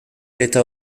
eta